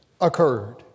occurred